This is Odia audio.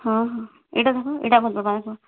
ହଁ ହଁ ଇ'ଟା ଦେଖ ଇ'ଟା ଭଲ୍ ପଡ଼୍ବା ଦେଖ